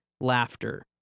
laughter